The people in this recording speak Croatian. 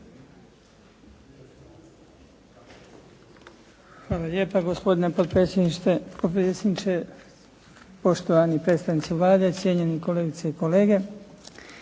Hvala lijepa gospodine potpredsjedniče, poštovani predstavnici Vlade, cijenjeni kolegice i kolege.